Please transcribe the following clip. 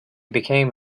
became